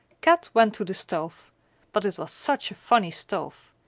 kat went to the stove but it was such a funny stove!